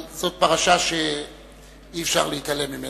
אבל זו פרשה שאי-אפשר להתעלם ממנה.